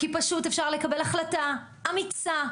פשוט אפשר לקבל החלטה אמיצה,